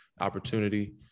opportunity